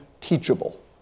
teachable